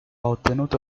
ottenuto